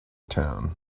town